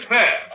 Fair